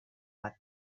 bat